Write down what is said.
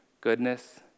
goodness